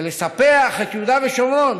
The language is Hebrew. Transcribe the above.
לספח את יהודה ושומרון.